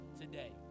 today